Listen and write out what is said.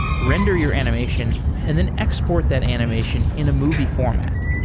render your animation and then export that animation in a movie format.